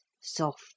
soft